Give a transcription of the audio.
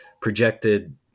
projected